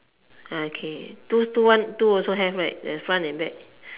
okay two one two also have right the front and back